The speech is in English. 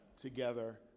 together